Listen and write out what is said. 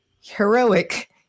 heroic